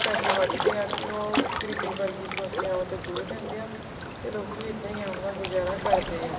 ਪੈਸੇ ਵੱਟਦੇ ਆ ਅਤੇ ਉਹ ਗਰੀਬੀ ਵਰਗੀ ਸਮੱਸਿਆਵਾਂ ਤੋਂ ਦੂਰ ਰਹਿੰਦੇ ਆ ਅਤੇ ਲੋਕ ਇੱਦਾਂ ਹੀ ਆਪਦਾ ਗੁਜ਼ਾਰਾ ਕਰਦੇ ਆ